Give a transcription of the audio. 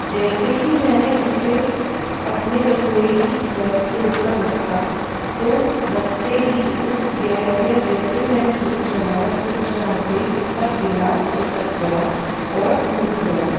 जैसे ही मैंने उसे अपने रसोई की स्लैब के ऊपर रखा तो रखते ही उस गैस में जैसे ही मैने दूध चढ़ाया दूध चढ़ाते ही उसका ग्लास चटक गया और टूट गया